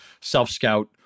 self-scout